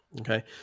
Okay